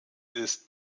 ist